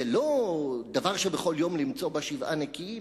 זה לא דבר שבכל יום למצוא בה שבעה נקיים.